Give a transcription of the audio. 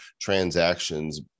transactions